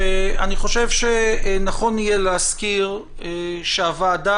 כשאני חושב שנכון יהיה להזכיר שהוועדה,